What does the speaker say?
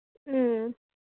ꯎꯝ